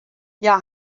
hja